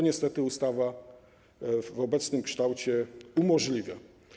Niestety ustawa w obecnym kształcie to umożliwia.